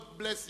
God bless you,